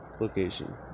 location